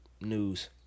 News